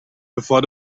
bevor